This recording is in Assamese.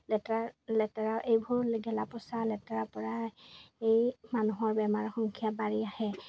লেতেৰা লেতেৰা এইবোৰ গেলা পচা লেতেৰাৰপৰাই এই মানুহৰ বেমাৰ সংখ্যা বাঢ়ি আহে